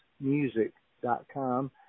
music.com